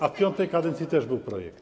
A w V kadencji też był projekt.